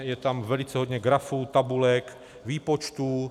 Je tam velice hodně grafů, tabulek, výpočtů.